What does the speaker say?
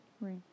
Right